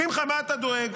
שמחה, מה אתה דואג,